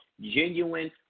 genuine